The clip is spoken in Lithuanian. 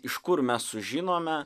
iš kur mes sužinome